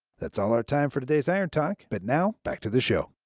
that's all our time for today's iron talk, but now, back to the show.